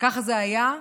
ככה זה היה.